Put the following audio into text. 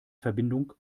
verbindung